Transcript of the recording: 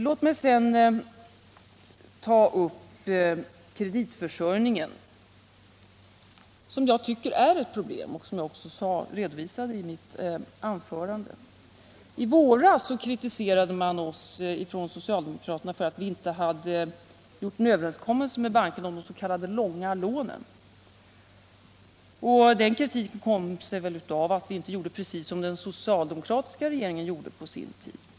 Låt mig sedan ta upp kreditförsörjningen, som jag tycker är ett problem, vilket jag också redovisade i mitt tidigare anförande. I våras kritiserade 51 socialdemokraterna oss för att vi inte hade träffat en överenskommelse med bankerna om de s.k. långa lånen. Den kritiken kom sig kanske av att vi inte gjorde precis som den socialdemokratiska regeringen gjorde på sin tid.